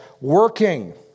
working